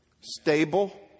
stable